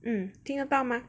嗯听得到吗